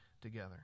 together